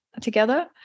together